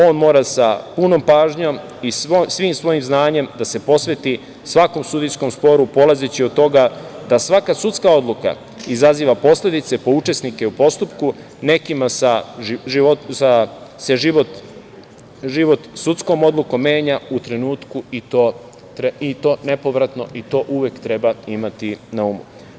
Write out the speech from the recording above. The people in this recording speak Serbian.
On mora sa punom pažnjom i svim svojim znanjem da se posveti svakom sudijskom sporu polazeći od toga da svaka sudska odluka izaziva posledice po učesnike u postupku, nekima se život sudskom odlukom menja u trenutku, i to nepovratno, i to uvek treba imati na umu.